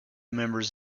members